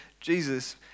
Jesus